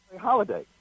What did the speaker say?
Holiday